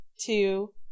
two